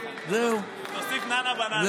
תוסיף: ננה-בננה.